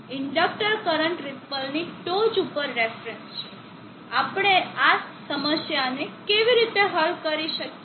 inductor current રીપલની ટોચ ઉચ્ચ રેફરન્સ છે આપણે આ સમસ્યાને કેવી રીતે હલ કરી શકીએ